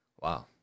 Wow